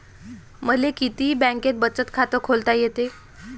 मले किती बँकेत बचत खात खोलता येते?